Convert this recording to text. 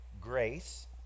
grace